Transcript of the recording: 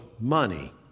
money